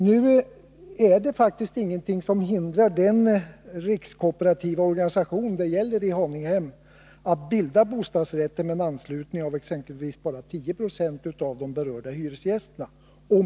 Nu är det faktiskt ingenting som hindrar den rikskooperativa organisation det gäller att bilda bostadsrätt med anslutning av exempelvis bara 10 96 av de berörda hyresgästerna.